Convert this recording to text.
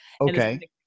Okay